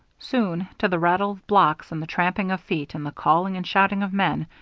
soon, to the rattle of blocks and the tramping of feet and the calling and shouting of men,